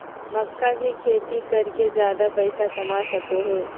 मक्का के खेती कर के ज्यादा पैसा कमा सको हो